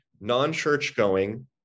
non-church-going